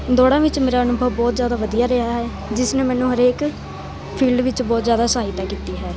ਦੋੜਾਂ ਵਿੱਚ ਮੇਰਾ ਅਨੁਭਵ ਬਹੁਤ ਜ਼ਿਆਦਾ ਵਧੀਆ ਰਿਹਾ ਹੈ ਜਿਸ ਨੇ ਮੈਨੂੰ ਹਰੇਕ ਫੀਲਡ ਵਿੱਚ ਬਹੁਤ ਜ਼ਿਆਦਾ ਸਹਾਇਤਾ ਕੀਤੀ ਹੈ